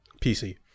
PC